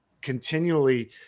continually –